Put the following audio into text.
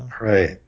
Right